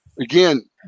again